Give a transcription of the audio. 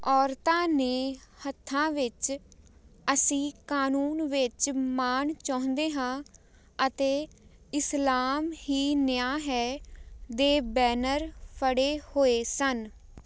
ਔਰਤਾਂ ਨੇ ਹੱਥਾਂ ਵਿੱਚ ਅਸੀਂ ਕਾਨੂੰਨ ਵਿੱਚ ਮਾਣ ਚਾਹੁੰਦੇ ਹਾਂ ਅਤੇ ਇਸਲਾਮ ਹੀ ਨਿਆਂ ਹੈ ਦੇ ਬੈਨਰ ਫੜੇ ਹੋਏ ਸਨ